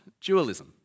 dualism